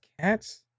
cats